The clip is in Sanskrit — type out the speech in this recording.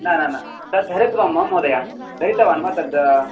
न न न तद् धारितवान् वा महोदय धारितवान् वा तद्